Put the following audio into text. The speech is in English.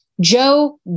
joe